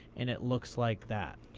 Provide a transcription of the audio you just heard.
and it looks like that.